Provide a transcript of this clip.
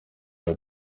niwe